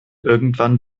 irgendwann